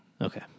Okay